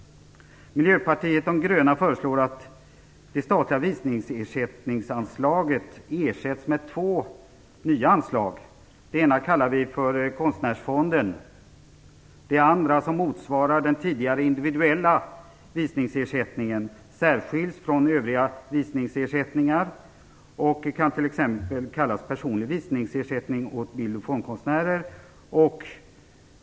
Miljöpartiet de gröna föreslår att det statliga visningsersättningsanslaget ersätts med två nya anslag. Det ena kallar vi för konstnärsfonden. Det andra, som motsvarar den tidigare individuella visningsersättningen, särskiljs från övriga visningsersättningar och kan t.ex. kallas personlig visningsersättning åt bildoch fondkonstnärer.